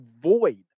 void